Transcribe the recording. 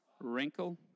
wrinkle